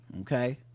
Okay